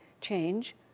change